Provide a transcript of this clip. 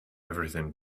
everything